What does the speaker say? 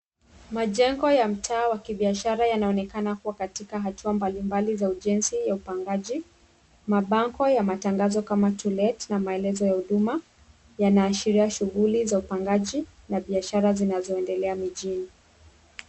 Majengo ya mtaa wa kibiashara yanaonekana kuwa katika hatua mbalimbali za ujenji ya upangaji, mabago ya matangazo kama To Let na maelezo ya huduma yanaashiria shuguli za upangaji na biashara zinazoendelea mijini.